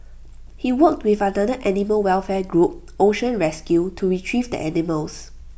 he worked with another animal welfare group ocean rescue to Retrieve the animals